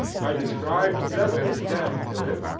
i described drebber's death to him,